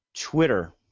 Twitter